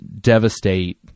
devastate